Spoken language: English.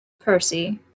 Percy